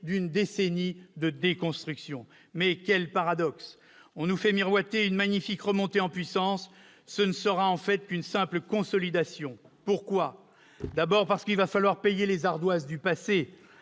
d'une décennie de déconstruction. Mais quel paradoxe ! On nous fait miroiter une magnifique remontée en puissance, il ne s'agira en fait que d'une « simple » consolidation. Pourquoi ? Tout d'abord, parce qu'il faut payer les ardoises du passé.